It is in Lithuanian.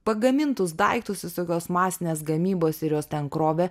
pagamintus daiktus iš saugios masinės gamybos ir juos ten krovė